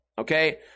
Okay